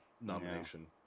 nomination